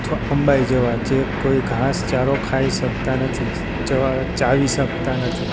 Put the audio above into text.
અથવા અંબાઈ જવા જે કોઈ ધાસચારો ખાઈ શકતા નથી ચવા ચાવી શકતા નથી